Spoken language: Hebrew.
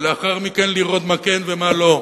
ולאחר מכן לראות מה כן ומה לא.